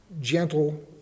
gentle